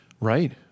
right